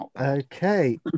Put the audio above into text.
okay